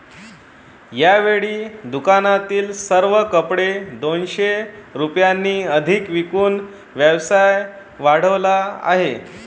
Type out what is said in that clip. यावेळी दुकानातील सर्व कपडे दोनशे रुपयांनी अधिक विकून व्यवसाय वाढवला आहे